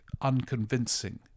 unconvincing